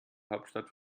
hauptstadt